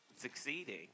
succeeding